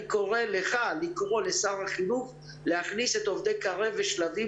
אני קורא לך לקרוא לשר החינוך להכניס את עובדי "קרב" ו"שלבים"